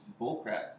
bullcrap